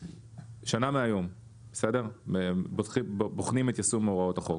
שנה מהיום בסדר בוחנים את יישום הוראות החוק,